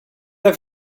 have